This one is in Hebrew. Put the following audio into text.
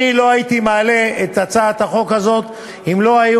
אני לא הייתי מעלה את הצעת החוק הזאת אם לא היו